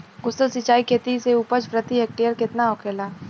कुशल सिंचाई खेती से उपज प्रति हेक्टेयर केतना होखेला?